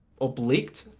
oblique